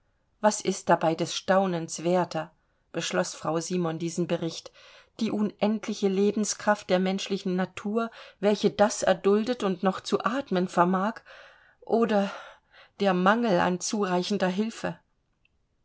was ist dabei des staunens werter beschloß frau simon diesen bericht die unendliche lebenskraft der menschlichen natur welche das erduldet und noch zu atmen vermag oder der mangel an zureichender hilfe